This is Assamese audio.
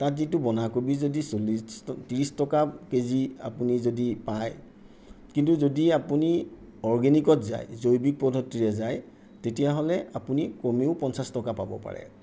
তাত যিটো বন্ধাকবি যদি চল্লিছ ত্ৰিছ টকা কেজি আপুনি যদি পাই কিন্তু যদি আপুনি অৰ্গেনিকত যায় জৈৱিক পদ্ধতিৰে যায় তেতিয়াহ'লে আপুনি কমেও পঞ্চাছ টকা পাব পাৰে